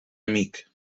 amic